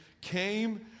came